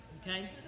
Okay